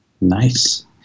Nice